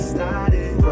Started